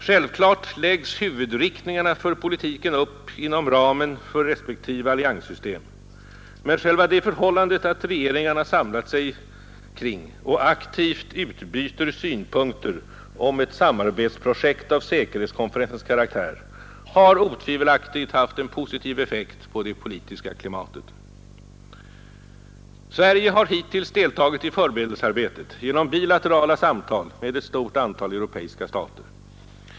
Självklart läggs huvudriktningarna för politiken upp inom ramen för respektive allianssystem, men själva det förhållandet att regeringarna samlat sig kring och aktivt utbyter synpunkter om ett samarbetsprojekt av säkerhetskonferensens karaktär har otvivelaktigt haft en positiv effekt på det politiska klimatet. Sverige har hittills deltagit i förberedelsearbetet genom bilaterala samtal med ett stort antal europeiska stater.